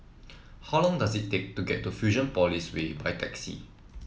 how long does it take to get to Fusionopolis Way by taxi